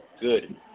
good